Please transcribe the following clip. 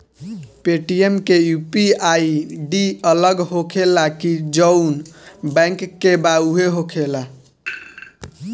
Paytm के UPI ID अलग होखेला की जाऊन बैंक के बा उहे होखेला?